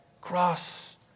cross